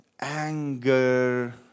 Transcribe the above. anger